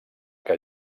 que